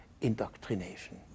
indoctrination